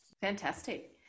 Fantastic